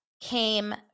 came